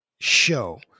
show